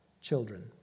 children